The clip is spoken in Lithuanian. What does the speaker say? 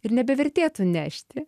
ir nebevertėtų nešti